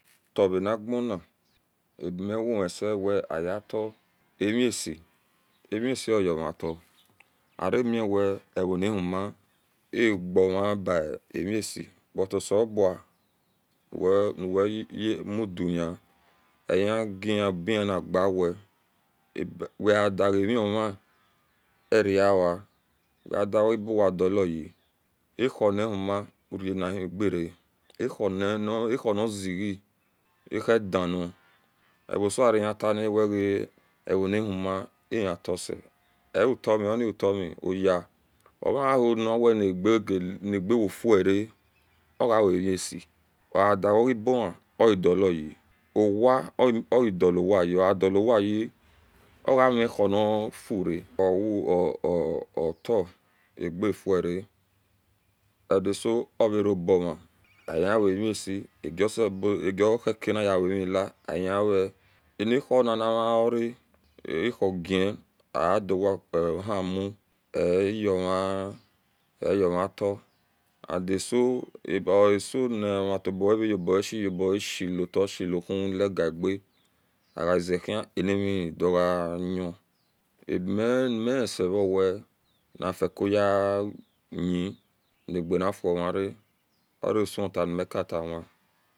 Taoroni o̱ni abimiwon isewe ayetwo imise imese oyoatwo arewe eronauhoma avoma bimise but oselebua uwemuduni eyigoboya niriwe wedigamima eria wediroibowa dohougi ahuni whoma ri anihivrara ahoni zezie ahodiani evosohe ahitani aweavoni uhoma iyetase eutami oni utami oya omagawe nagawafra ogaumise ogadiohi obohi odo lauyi owaoye diwa buyi ogadiobwayi ogamihun ifura ota agefura edaso evaroboma ehiwamase agosipze agohikaniye wemi la ahiwa anihuna namaora ahuren adowa ohi ma eyoma eyomata and aso esonama vetobaeso lowta shilawu ekigie ozehin animido gan abiminisehu wenifico yehin nganifu omara orusi tanimicatawn